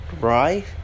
Right